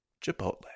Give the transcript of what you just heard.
Chipotle